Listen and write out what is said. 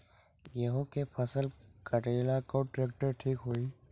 गेहूं के फसल कटेला कौन ट्रैक्टर ठीक होई?